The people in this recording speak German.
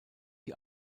die